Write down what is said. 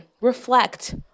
reflect